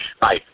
Bye